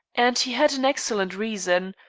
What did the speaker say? and he had an excellent reason.